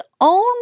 own